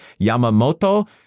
Yamamoto